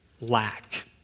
lack